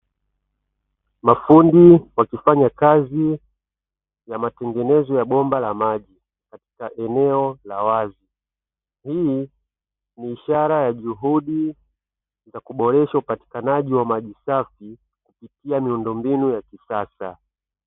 Mafundi wakifanya kazi ya matengenezo ya bomba la maji katika eneo la wazi, hii ni ishara ya juhudi ya kuboresha upatikanaji wa maji safi kupitia miundombinu ya kisasa.